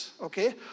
okay